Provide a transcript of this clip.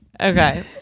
Okay